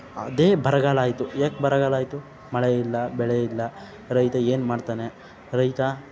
ಅದೇ ಬರಗಾಲ ಆಯಿತು ಯಾಕೆ ಬರಗಾಲ ಆಯಿತು ಮಳೆ ಇಲ್ಲ ಬೆಳೆ ಇಲ್ಲ ರೈತ ಏನು ಮಾಡ್ತಾನೆ ರೈತ